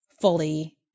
fully